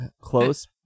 close